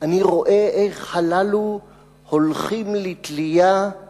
אני רואה איך הללו הולכים לתלייה/